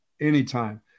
anytime